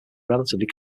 relatively